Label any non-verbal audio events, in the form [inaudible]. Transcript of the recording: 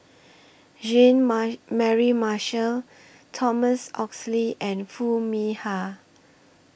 Jean [unintelligible] Mary Marshall Thomas Oxley and Foo Mee Har